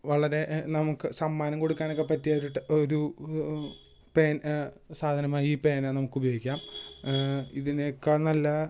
വളരെ നമുക്ക് സമ്മാനം കൊടുക്കാനൊക്കെ പറ്റിയ ഒരു സാധനമായി ഈ പേന നമുക്ക് ഉപയോഗിക്കാം ഇതിനേക്കാൾ നല്ല